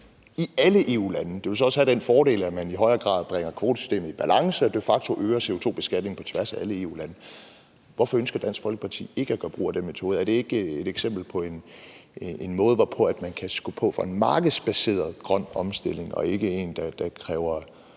i alle EU-lande. Det vil så også have den fordel, at man i højere grad bringer kvotesystemet i balance og de facto øger CO2-beskatningen på tværs af alle EU-landene. Hvorfor ønsker Dansk Folkeparti ikke at gøre brug af den metode? Er det ikke et eksempel på en måde, hvorpå man kan skubbe på en markedsbaseret grøn omstilling, og ikke en, der kræver